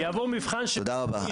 תודה רבה.